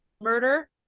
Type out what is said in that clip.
murder